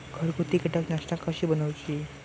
घरगुती कीटकनाशका कशी बनवूची?